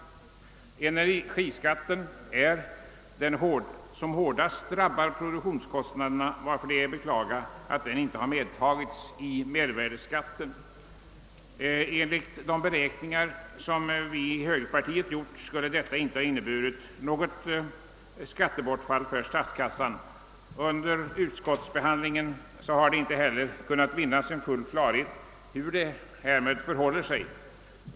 Enär energiskatten är den skatt som hårdast drabbar produktionskostnaderna är det att beklaga att den inte har inlemmats i mervärdeskatten. Enligt de beräkningar som vi i högerpartiet gjort skulle detta inte ha inneburit något skattebortfall för statskassan. Under utskottsbehandlingen har inte full klarhet kunnat vinnas om hur det härmed förhåller sig.